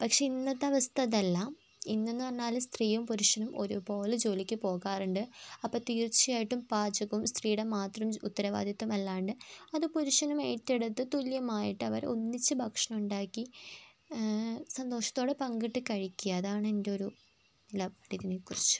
പക്ഷേ ഇന്നത്തെ അവസ്ഥ അതല്ല ഇന്ന് എന്ന് പറഞ്ഞാൽ സ്ത്രീയും പുരുഷനും ഒരുപോലെ ജോലിക്ക് പോകാറുണ്ട് അപ്പം തീർച്ചയായിട്ടും പാചകം സ്ത്രീയുടെ മാത്രം ഉത്തരവാദിത്വം അല്ലാണ്ട് അത് പുരുഷനും ഏറ്റെടുത്തു തുല്യമായിട്ട് അവർ ഒന്നിച്ച് ഭക്ഷണം ഉണ്ടാക്കി സന്തോഷത്തോടെ പങ്കിട്ട് കഴിക്കുക അതാണ് എൻ്റെ ഒരു ഇതിനെ കുറിച്ച്